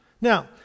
Now